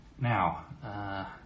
Now